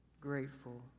grateful